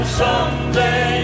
someday